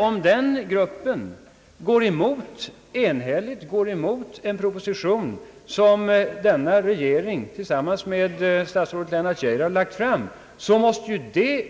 Om den gruppen enhälligt går emot en proposition som denna regering tillsammans med statsrådet Lennart Geijer lagt fram, måste ju det